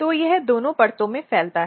तो यह दोनों परतों में फैलता है